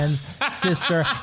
sister